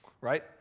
right